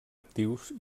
actius